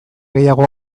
gehiago